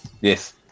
Yes